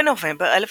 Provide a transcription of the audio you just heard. בנובמבר 1949,